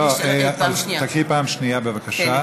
תקריאי פעם שנייה, בבקשה.